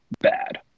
bad